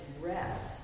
rest